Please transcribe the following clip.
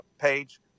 page